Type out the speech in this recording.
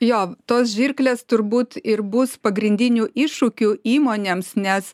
jo tos žirklės turbūt ir bus pagrindiniu iššūkiu įmonėms nes